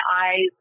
eyes